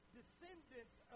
descendants